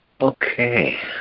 Okay